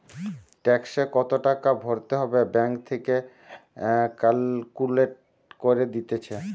ট্যাক্সে কত টাকা ভরতে হবে ব্যাঙ্ক থেকে ক্যালকুলেট করে দিতেছে